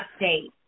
update